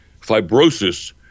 fibrosis